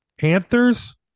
Panthers